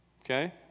Okay